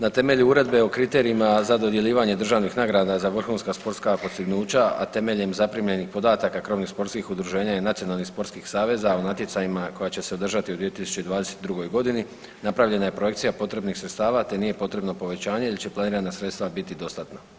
Na temelju Uredbe o kriterijima za dodjeljivanje državnih nagrada za vrhunska sportska postignuća, a temeljem zaprimljenih podataka krovnih sportskih udruženja i nacionalnih sportskih saveza u natjecajima koja će se održati u 2022. godini napravljena je projekcija potrebnih sredstava te nije potrebno povećanje jer će planirana sredstva biti dostatna.